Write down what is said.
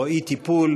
או אי-טיפול